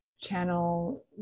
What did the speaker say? channel